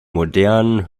modernen